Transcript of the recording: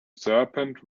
serpent